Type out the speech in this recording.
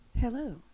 Hello